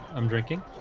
i'm drinking